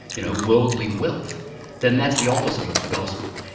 you know, worldly wealth then that's the opposite of the gospel.